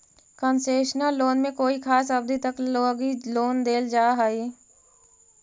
concessional loan में कोई खास अवधि तक लगी लोन देल जा हइ